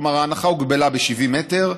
כלומר ההנחה הוגבלה ב-70 מטר,